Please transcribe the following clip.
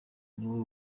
niwe